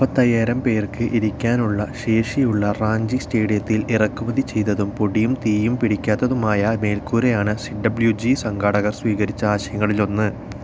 മുപ്പത്തയ്യായിരം പേർക്ക് ഇരിക്കാനുള്ള ശേഷിയുള്ള റാഞ്ചി സ്റ്റേഡിയത്തിൽ ഇറക്കുമതി ചെയ്തതും പൊടിയും തീയും പിടിക്കാത്തതുമായ മേൽക്കൂരയാണ് സി ഡബ്ള്യു ജി സംഘാടകർ സ്വീകരിച്ച ആശയങ്ങളിൽ ഒന്ന്